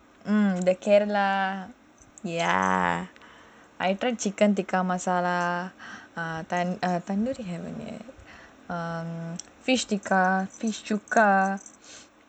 mm இந்த:intha kerela ya I tried chicken tikka masala err tandoori fish tikka fish cuka